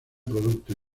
producto